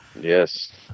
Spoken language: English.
Yes